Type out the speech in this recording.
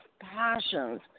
passions